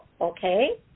okay